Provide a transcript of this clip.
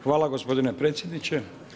Hvala gospodine predsjedniče.